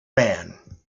man